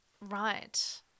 Right